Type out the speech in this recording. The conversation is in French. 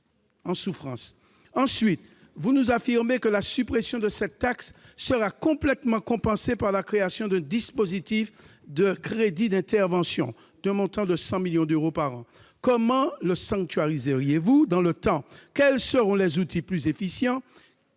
en souffrance. Ensuite, vous nous affirmez que la suppression de cette taxe sera complètement compensée par la création d'un dispositif de crédits d'intervention d'un montant de 100 millions d'euros par an. Comment le sanctuariserez-vous dans le temps ? Quels seront les outils plus efficients